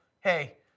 hey